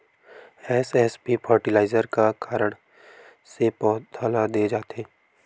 SSP fertilizer का कारण से पौधा ल दे जाथे?